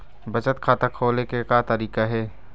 बचत खाता खोले के का तरीका हे?